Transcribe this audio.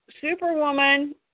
Superwoman